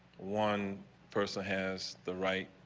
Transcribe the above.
one person has the right.